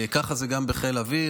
כך זה גם בחיל האוויר.